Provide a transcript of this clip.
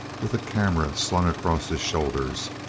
with a camera slung across his shoulders,